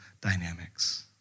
dynamics